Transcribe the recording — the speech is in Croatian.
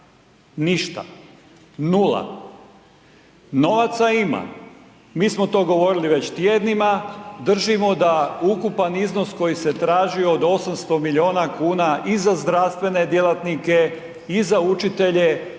ništa, nula. Novaca ima, mi smo to govorili već tjednima, držimo da ukupan iznos koji se traži od 800 milijuna kuna i za zdravstvene djelatnike i za učitelje je